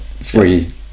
free